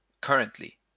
currently